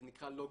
זה נקרא לוגיקה.